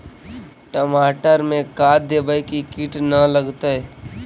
टमाटर में का देबै कि किट न लगतै?